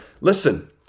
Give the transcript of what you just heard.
listen